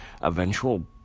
eventual